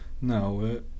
no